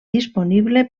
disponible